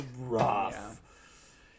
rough